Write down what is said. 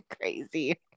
crazy